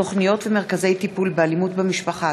תוכניות ומרכזי טיפול באלימות במשפחה),